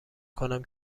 کنم